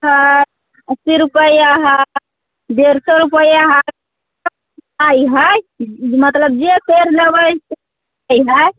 सत्तर अस्सी रुपैआ हइ डेढ़ सए रुपैआ हइ सभ तरहके हइ मतलब जे पेड़ लेबै से हइ